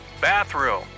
Bathroom